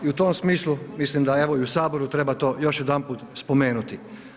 I u tom smislu mislim da i u Saboru treba to još jedanput spomenuti.